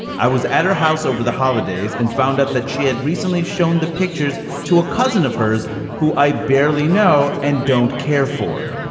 i was at her house over the holidays and found out that she had recently shown the pictures to a cousin of hers who i barely know and don't care for.